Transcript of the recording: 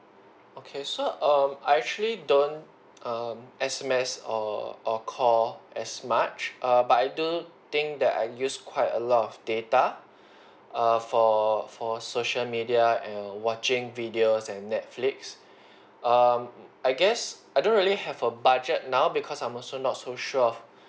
okay so um I actually don't um S_M_S or or call as much err but I do think that I use quite a lot of data err for for social media and watching videos and Netflix um I guess I don't really have a budget now because I'm also not so sure